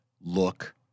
look